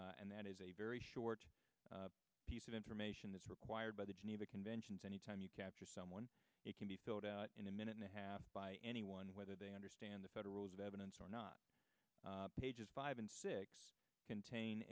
afghanistan and that is a very short piece of information that's required by the geneva conventions anytime you capture someone it can be filled out in a minute and a half by anyone whether they understand the federals of evidence or not pages five and six contain